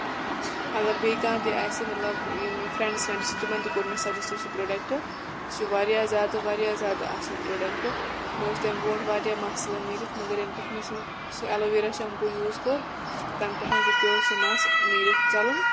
اَگر بیٚیہِ کانٛہہ تہِ آسہِ مطلب یِم مےٚ فرینٛڈٕس وینٛڈٕس چھِ تِمن تہِ کوٚر مےٚ سَجیسٹ سُہ بروڈکٹ سُہ چھُ واریاہ زیادٕ واریاہ زیادٕ اَصٕل پروڈکٹ مےٚ اوس تَمہِ برونٛٹھ واریاہ مَس ژَلان نِیٖرِتھ مَگر ینہٕ پٮ۪ٹھ مےٚ سُہ سُہ ایلوویرا شیمپوٗ یوٗز کوٚر تَنہٕ پٮ۪ٹھن رُکیو سُہ مَس نیٖرِتھ ژَلُن